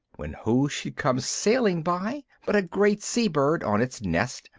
when who should come sailing by but a great sea-bird on its nest,